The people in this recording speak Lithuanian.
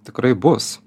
tikrai bus